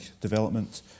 development